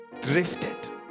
drifted